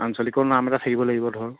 আঞ্চলিকৰ নাম এটা থাকিব লাগিব ধৰ